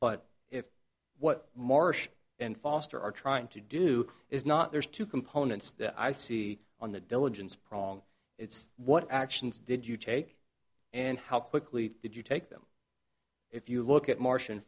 but if what marsh and foster are trying to do is not there's two components that i see on the diligence prong it's what actions did you take and how quickly did you take them if you look at martian